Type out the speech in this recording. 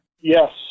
Yes